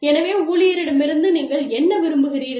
எனவே ஊழியரிடமிருந்து நீங்கள் என்ன விரும்புகிறீர்கள்